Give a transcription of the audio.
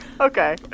Okay